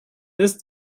ist